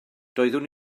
doeddwn